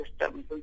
systems